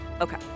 Okay